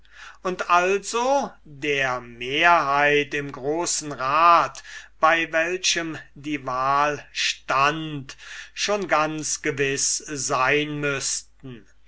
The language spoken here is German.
und also der mehrheit im großen rat bei welchem die wahl stund schon ganz gewiß sein müßten